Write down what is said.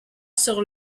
sur